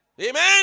Amen